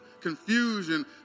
confusion